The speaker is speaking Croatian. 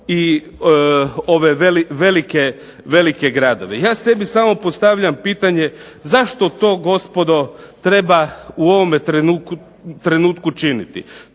i ove velike gradove. Ja sebi samo postavljam pitanje zašto to gospodo treba u ovome trenutku činiti.